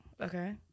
Okay